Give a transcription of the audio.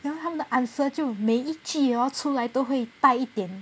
然后他们的 answer 就每一句 hor 会带一点